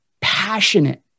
passionate